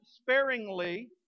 sparingly